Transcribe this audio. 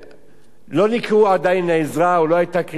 לא נקראו עדיין לעזרה, או לא היתה קריאה בזמן.